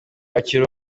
akiri